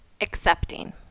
Accepting